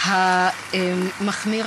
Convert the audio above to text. (מחיאות כפיים)